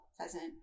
pheasant